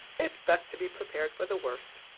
it's best to be prepared for the worst.